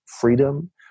freedom